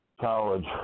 college